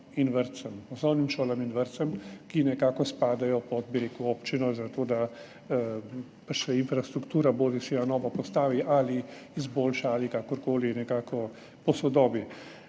prav recimo osnovnim šolam in vrtcem, ki nekako spadajo pod občino, zato da se infrastruktura bodisi na novo postavi ali izboljša ali kakor koli nekako posodobi.